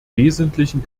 wesentlichen